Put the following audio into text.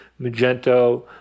Magento